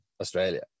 Australia